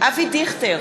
אבי דיכטר,